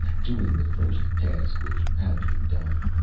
doing the first task which had to be done.